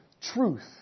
truth